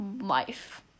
life